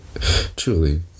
truly